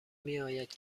میآید